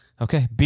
Okay